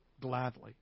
gladly